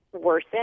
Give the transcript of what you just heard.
worsen